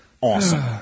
awesome